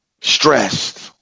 stressed